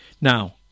Now